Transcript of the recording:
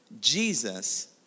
Jesus